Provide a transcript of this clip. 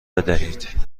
بدهید